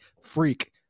freak